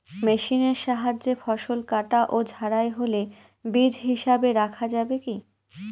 মেশিনের সাহায্যে ফসল কাটা ও ঝাড়াই হলে বীজ হিসাবে রাখা যাবে কি?